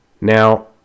Now